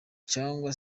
cyangwa